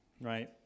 right